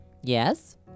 Yes